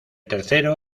tercero